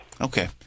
Okay